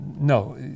No